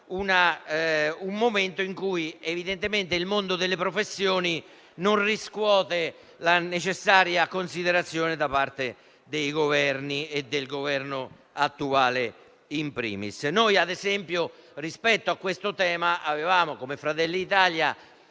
un momento in cui, evidentemente, il mondo delle professioni non riscuote la necessaria considerazione da parte dei Governi e del Governo attuale *in primis.* Rispetto a questo tema noi avevamo chiesto, come Fratelli d'Italia,